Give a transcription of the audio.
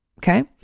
Okay